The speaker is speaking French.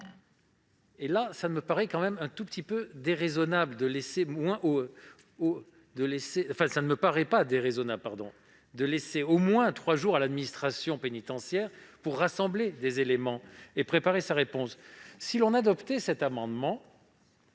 or il ne me paraît pas déraisonnable de laisser au moins trois jours à l'administration pénitentiaire pour rassembler des éléments et préparer sa réponse. Si l'on adoptait cet amendement,